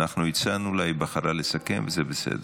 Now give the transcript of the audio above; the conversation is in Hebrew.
אנחנו הצענו לה, היא בחרה לסכם, זה בסדר.